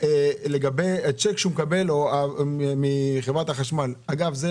אלון לגבי כסף שהוא מקבל מחברת החשמל אגב,